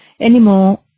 anymore